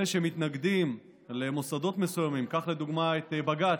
אלה שמתנגדים למוסדות מסוימים, קח לדוגמה את בג"ץ.